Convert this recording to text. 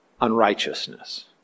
unrighteousness